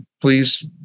please